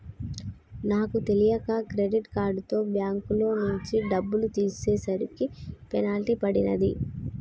నాకు తెలియక క్రెడిట్ కార్డుతో బ్యేంకులోంచి డబ్బులు తీసేసరికి పెనాల్టీ పడినాది